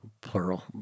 plural